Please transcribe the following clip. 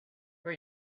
for